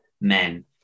men